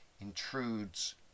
intrudes